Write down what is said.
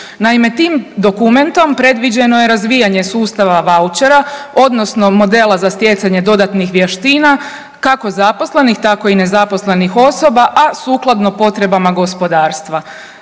Naime, tim dokumentom predviđeno je razvijanje sustava vouchera, odnosno modela za stjecanje dodatnih vještina kako zaposlenih, tako i nezaposlenih osoba, a sukladno potrebama gospodarstva.